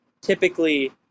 typically